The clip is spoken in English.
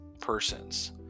persons